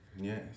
Yes